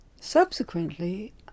Subsequently